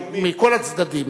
מכל הצדדים,